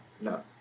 no